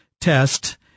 test